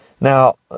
Now